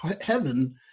heaven